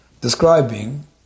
describing